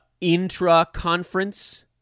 intra-conference